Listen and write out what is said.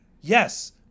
Yes